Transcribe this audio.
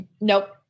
Nope